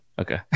Okay